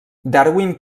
darwin